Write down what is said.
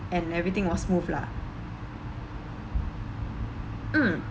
and everything was smooth lah mm